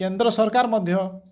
କେନ୍ଦ୍ର ସରକାର୍ ମଧ୍ୟ